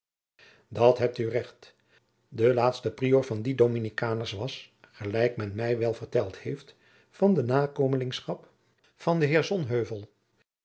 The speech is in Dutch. dat heit oe recht de laatste prior van die dominikaners was gelijk men mij wel verteld heit van de namaôgschap van den heer